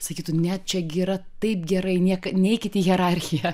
sakytų ne čia gi yra taip gerai nieka neikit į hierarchiją